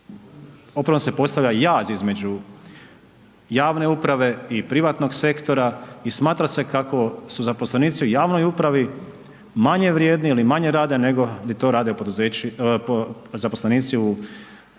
opravdano se postavlja jaz između javne uprave i privatnog sektora i smatra se kako su zaposlenici u javnoj upravi manje vrijedni ili manje rade nego bi to radili zaposlenici u privatnom sektoru